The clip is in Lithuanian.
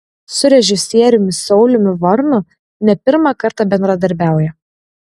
su režisieriumi sauliumi varnu ne pirmą kartą bendradarbiauja